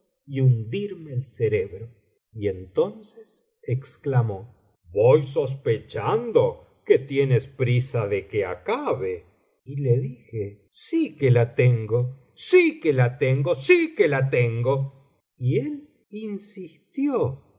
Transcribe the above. hundirme el cerebro y entonces exclamó voy sospechando que tienes prisa de que acabe y le dije sí que la tengo sí que la tengo sí que la tengo y él insistió